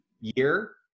year